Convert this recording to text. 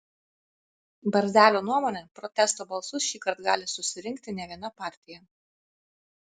barzelio nuomone protesto balsus šįkart gali susirinkti ne viena partija